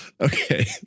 okay